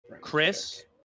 Chris